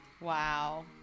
Wow